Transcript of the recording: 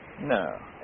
No